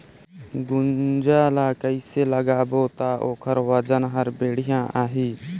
गुनजा ला कइसे लगाबो ता ओकर वजन हर बेडिया आही?